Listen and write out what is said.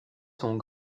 sont